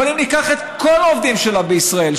אבל אם ניקח את כל העובדים שלה בישראל,